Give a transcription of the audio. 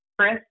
Chris